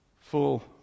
full